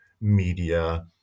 media